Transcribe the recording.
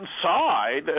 inside